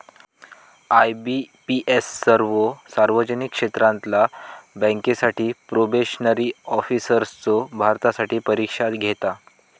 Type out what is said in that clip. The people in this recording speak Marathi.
आय.बी.पी.एस सर्वो सार्वजनिक क्षेत्रातला बँकांसाठी प्रोबेशनरी ऑफिसर्सचो भरतीसाठी परीक्षा घेता